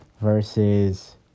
versus